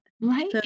Right